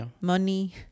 money